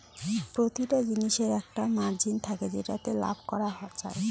প্রতিটা জিনিসের একটা মার্জিন থাকে যেটাতে লাভ করা যায়